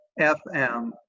FM